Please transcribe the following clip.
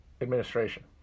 administration